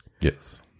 Yes